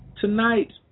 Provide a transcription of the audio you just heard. Tonight